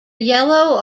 yellow